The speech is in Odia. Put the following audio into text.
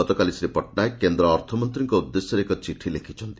ଗତକାଲି ଶ୍ରୀ ପଟ୍ଟନାୟକ କେନ୍ଦ୍ ଅର୍ଥମନ୍ତୀଙ୍କ ଉଦ୍ଦେଶ୍ୟରେ ଏକ ଚିଠି ଲେଖ୍ଛନ୍ତି